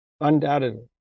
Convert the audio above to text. Undoubtedly